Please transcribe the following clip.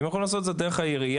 הם יכולים לעשות את זה דרך העירייה,